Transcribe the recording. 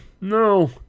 no